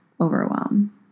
overwhelm